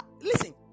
listen